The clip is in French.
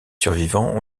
survivants